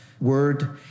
word